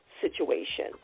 situation